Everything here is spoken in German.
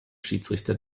schiedsrichter